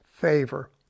favor